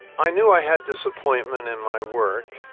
i knew i had disappointment in my work,